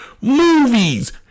movies